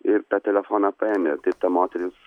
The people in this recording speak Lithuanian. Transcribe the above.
ir tą telefoną paėmė tai ta moteris